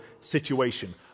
situation